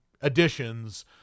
additions